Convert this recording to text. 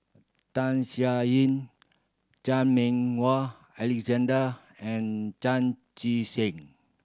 Tham Sien Yen Chan Meng Wah Alexander and Chan Chee Seng